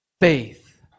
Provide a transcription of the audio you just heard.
Faith